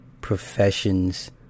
professions